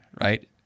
right